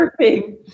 surfing